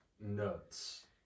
nuts